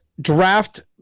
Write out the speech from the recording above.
draft